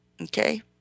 okay